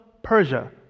Persia